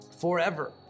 forever